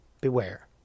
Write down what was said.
beware